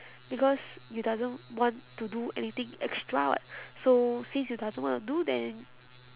because you doesn't want to do anything extra [what] so since you doesn't want to do then